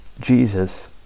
Jesus